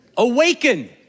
Awaken